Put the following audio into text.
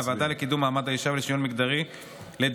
מהוועדה לקידום מעמד האישה ולשוויון מגדרי לדיון